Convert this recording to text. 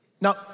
Now